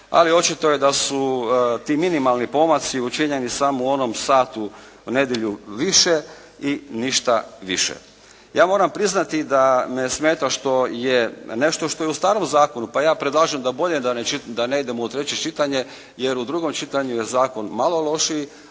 ali očito je da su ti minimalni pomaci učinjeni samo u onom satu u nedjelju više i ništa više. Ja moram priznati da me smeta što je nešto što je u starom zakonu, pa ja predlažem da bolje da ne idemo u treće čitanje jer u drugom čitanju je zakon malo lošiji,